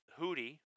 Hootie